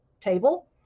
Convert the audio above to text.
table